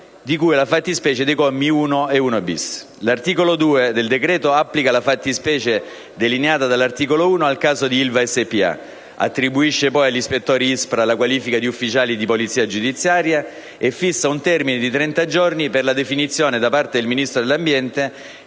di cui alla fattispecie dei commi 1 e 1-*bis*. L'articolo 2 del decreto applica la fattispecie delineata dall'articolo 1 al caso di Ilva SpA, attribuisce poi agli ispettori ISPRA la qualifica di ufficiali di polizia giudiziaria e fissa un termine di trenta giorni per la definizione, da parte del Ministro dell'ambiente,